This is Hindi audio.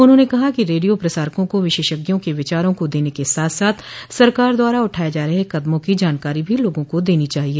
उन्होंने कहा कि रेडियो प्रसारकों को विशेषज्ञों के विचारों को देने के साथ साथ सरकार द्वारा उठाए जा रहे कदमों की जानकारी भी लोगों को देनी चाहिए